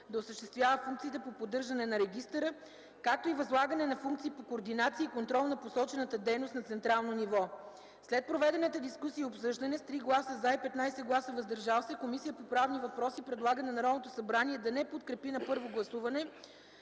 да осъществява функциите по поддържане на регистъра, както и възлагане на функции по координация и контрол на посочената дейност на централно ниво. След проведената дискусия и обсъждане с 3 гласа „за” и 15 гласа „въздържал се” Комисията по правни въпроси предлага на Народното събрание да не подкрепи на първо гласуване